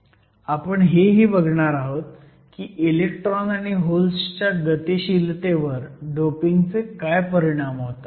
आपण हे ही बघणार आहोत की इलेक्ट्रॉन आणि होल्सच्या गतिशीलतेवर डोपिंगचे काय परिणाम होतात